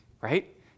right